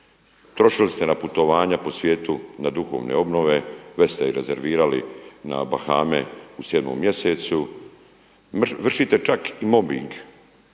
trošili ste na putovanja po svijetu, na duhovne obnove, već se i rezervirali na Bahame u 7. mjesecu, vršite čak i mobing,